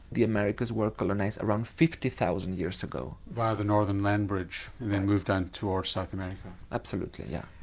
the americas were colonised around fifty thousand years ago. via the northern land bridge then moved down towards south america. absolutely yeah.